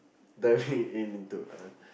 diving in into a